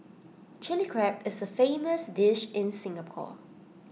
Chilli Crab is A famous dish in Singapore